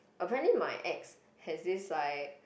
apparently my ex had this like